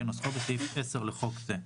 כנוסחו בסעיף 10 לחוק זה.